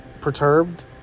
perturbed